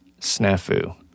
Snafu